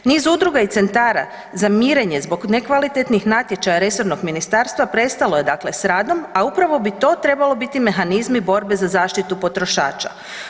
Niz udruga i centara za mirenje zbog nekvalitetnih natječaja resornog ministarstva, prestalo je dakle s radom a upravo bi to trebalo biti mehanizmi borbe za zaštitu potrošača.